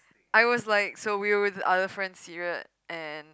I was like so we were with the other friends serious and